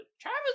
Travis